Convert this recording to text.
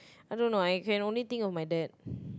I don't know I can only think of my dad